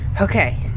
Okay